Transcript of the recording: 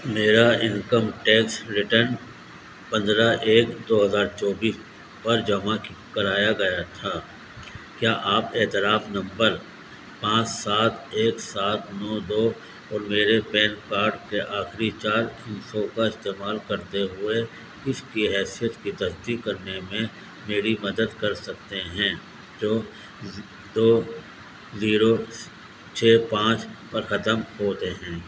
میرا income tax return پندرہ ایک دو ہزار چوبیس پر جمع کرایا گیا تھا کیا آپ اعتراف نمبر پانچ سات ایک سات نو دو اور میرے پین کارڈ کے آخری چار ہندسوں کا استعمال کرتے ہوئے اس کی حیثیت کی تصدیق کرنے میں میری مدد کر سکتے ہیں جو دو زیرو چھ پانچ پر ختم ہوتے ہیں